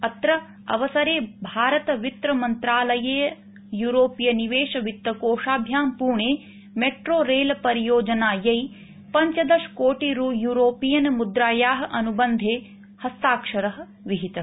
अत्रावसरे भारतवित्तमन्त्रलययूरोपीयनिवेशवित्तकोषाभ्याम् पुणे मेट्रोरेलपरियोजनायै पञ्चदशकोटियुरोपीयन मुद्रायाः अनुबन्धे हस्ताक्षरः विहितः